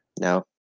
No